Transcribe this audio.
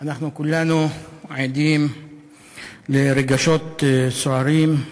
אנחנו כולנו עדים לרגשות סוערים,